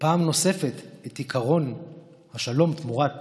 פעם נוספת את עקרון השלום תמורת